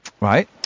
right